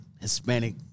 Hispanic